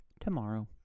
tomorrow